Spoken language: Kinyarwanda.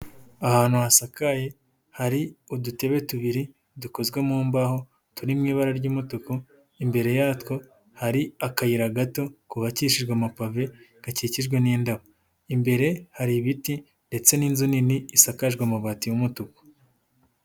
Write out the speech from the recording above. Ahantu hasakaye, hari udutebe tubiri dukozwe mu mbaho, turi mu ibara ry'umutuku, imbere yatwo hari akayira gato kubabakishijwe amapave gakikijwe n'indabo, imbere hari ibiti ndetse n'inzu nini isakajwe amabati y'umutuku.